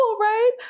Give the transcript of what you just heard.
right